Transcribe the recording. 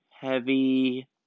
heavy